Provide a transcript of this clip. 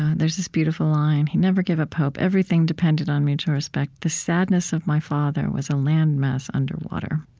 and there's this beautiful line, he never gave up hope. everything depended on mutual respect. the sadness of my father was a land mass under water.